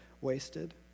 wasted